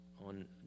on